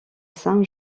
saint